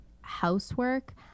housework